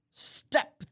Step